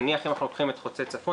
נניח אם אנחנו לוקחים את חוצה צפון,